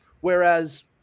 whereas